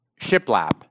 Shiplap